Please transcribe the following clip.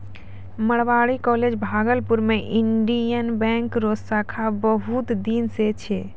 Marwari college Bhagalpur मे Indian bank रो शाखा बहुत दिन से छै